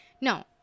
No